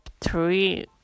three